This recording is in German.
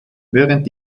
während